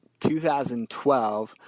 2012